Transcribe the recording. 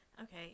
okay